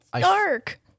Dark